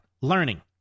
learning